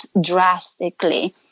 drastically